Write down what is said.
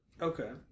Okay